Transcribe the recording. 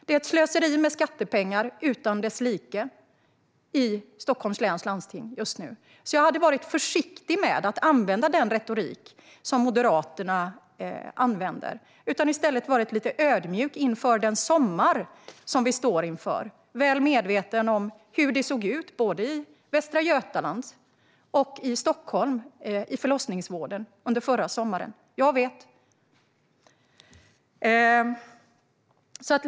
Det är ett slöseri med skattepengar utan dess like i Stockholms läns landsting just nu. Därför skulle jag vara lite försiktig med att använda den retorik som Moderaterna använder och i stället vara lite ödmjuk inför den sommar som vi står inför, väl medveten om hur det såg ut både i Västra Götaland och i Stockholm i förlossningsvården under förra sommaren. Jag vet.